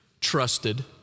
Trusted